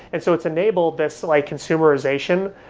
and so it's enabled this like consumerization,